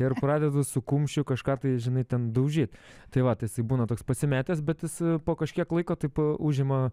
ir pradedu su kumščiu kažką tai žinai ten daužyt tai va tai jisai būna toks pasimetęs bet po kažkiek laiko taip užima